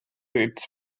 its